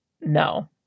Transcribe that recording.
No